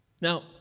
Now